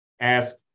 ask